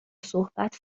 صحبت